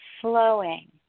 flowing